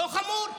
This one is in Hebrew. לא חמור?